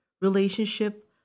relationship